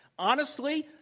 honestly,